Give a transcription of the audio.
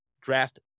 draft